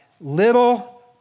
Little